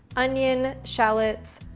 onion, shallots,